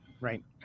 Right